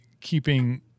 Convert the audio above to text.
keeping